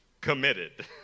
committed